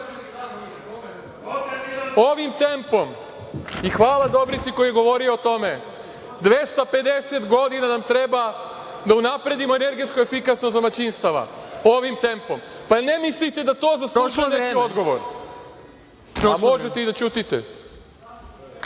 ovim tempom? Hvala Dobrici koji je govorio o tome. Dvesta pedeset godina nam treba da unapredimo energetsku efikasnost domaćinstava ovim tempom. Jel ne mislite da to zaslužuje neki odgovor, a možete i da ćutite?